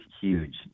huge